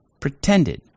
pretended